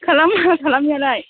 खालामो खालामनायालाय